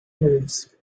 moves